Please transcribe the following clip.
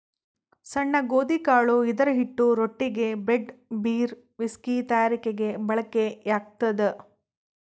ಸಣ್ಣ ಗೋಧಿಕಾಳು ಇದರಹಿಟ್ಟು ರೊಟ್ಟಿಗೆ, ಬ್ರೆಡ್, ಬೀರ್, ವಿಸ್ಕಿ ತಯಾರಿಕೆಗೆ ಬಳಕೆಯಾಗ್ತದ